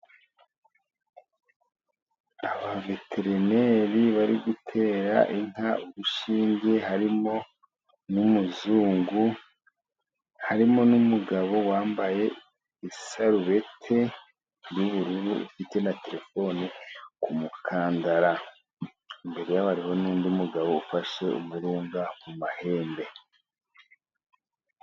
Abaveterineri bari gutera inka urushinge, harimo n'umuzungu, harimo n'umugabo wambaye isarubeti y'ubururu, ufite na terefone ku mukandara, imbere ye hariho n'undi mugabo ufashe umurunga ku mahembe.